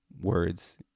words